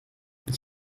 ich